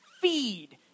feed